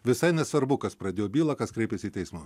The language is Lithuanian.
visai nesvarbu kas pradėjo bylą kas kreipėsi į teismą